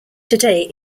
today